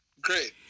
Great